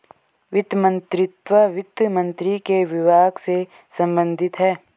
वित्त मंत्रीत्व वित्त मंत्री के विभाग से संबंधित है